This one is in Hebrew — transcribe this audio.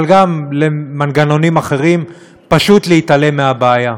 אבל גם למנוגנים אחרים, פשוט להתעלם מהבעיה.